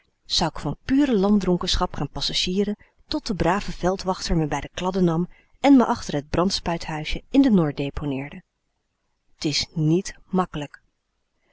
van pure landdronkenschap gaan passagieren tot de brave veldwachter me bij de kladden nam en me achter het brandspuithuisje in de nor deponeerde t is niet makkelijk